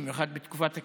במיוחד בתקופת הקיץ,